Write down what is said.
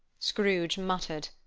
scrooge muttered,